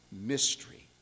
mystery